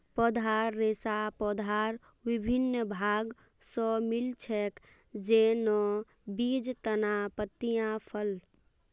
पौधार रेशा पौधार विभिन्न भाग स मिल छेक, जैन न बीज, तना, पत्तियाँ, फल